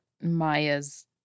Maya's